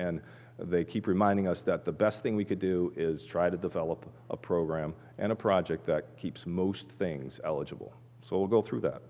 and they keep reminding us that the best thing we could do is try to develop a program and a project that keeps most things eligible so go through that